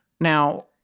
Now